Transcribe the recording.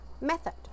method